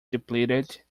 depleted